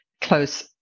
close